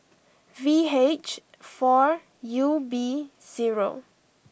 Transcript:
V H four U B zero